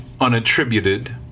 unattributed